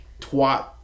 Twat